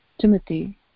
Timothy